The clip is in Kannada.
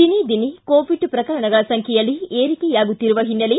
ದಿನೇ ದಿನೇ ಕೋವಿಡ್ ಶ್ರಕರಣಗಳ ಸಂಖ್ಯೆಯಲ್ಲಿ ಏರಿಕೆಯಾಗುತ್ತಿರುವ ಹಿನ್ನೆಲೆ